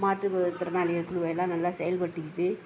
மாற்று திறனாளிகள் குழுவை எல்லாம் நல்லா செயல்படுத்திக்கிட்டு